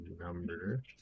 number